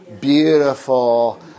Beautiful